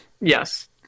yes